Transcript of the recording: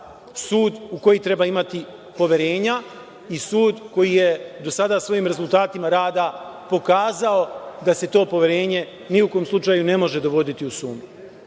sud u koji treba imati poverenja i sud koji je do sada svojim rezultatima rada pokazao da se to poverenje ni u kom slučaju ne može dovoditi u sumnju. Na